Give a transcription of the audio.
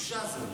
איזו בושה זו.